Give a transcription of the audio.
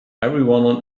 everyone